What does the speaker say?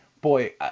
boy